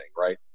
right